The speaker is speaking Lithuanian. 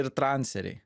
ir trancerei